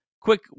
Quick